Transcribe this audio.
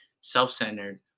self-centered